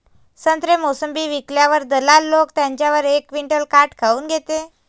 संत्रे, मोसंबी विकल्यावर दलाल लोकं त्याच्यावर एक क्विंटल काट काऊन घेते?